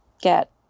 get